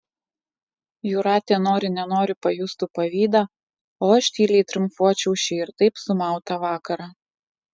jūratė nori nenori pajustų pavydą o aš tyliai triumfuočiau šį ir taip sumautą vakarą